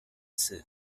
suite